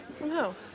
no